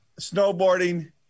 Snowboarding